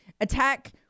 Attack